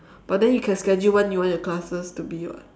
but then you can schedule when you want your classes to be [what]